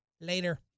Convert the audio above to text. Later